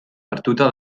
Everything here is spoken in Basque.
hartuta